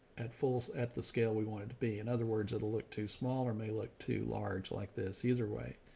at full at the scale. we want it to be. in other words, it'll look too smaller, may look too large like this either way.